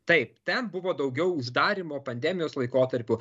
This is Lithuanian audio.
taip ten buvo daugiau uždarymo pandemijos laikotarpiu